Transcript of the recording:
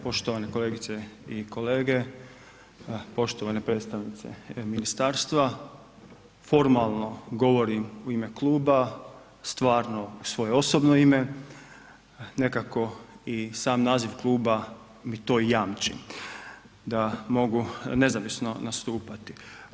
Poštovane kolegice i kolege, poštovane predstavnice ministarstva, formalno govorim u ime kluba, stvarno u svoje osobno ime, nekako i sam naziv kluba mi to jamči da mogu nezavisno nastupati.